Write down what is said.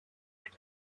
had